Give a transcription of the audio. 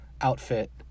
outfit